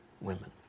women